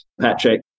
Patrick